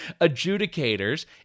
adjudicators